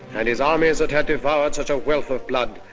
and his armies that had devoured such a wealth of blood,